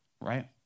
right